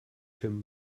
him